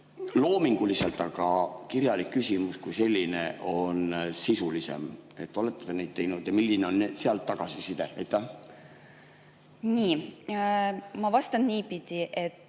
loominguliselt, aga kirjalik küsimus kui selline on sisulisem. Olete te neid teinud ja milline on sealt tagasiside? Nii. Ma vastan nii.